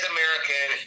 American